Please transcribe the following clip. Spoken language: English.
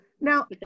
Now